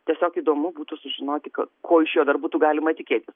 tiesiog įdomu būtų sužinoti k ko iš jo dar būtų galima tikėtis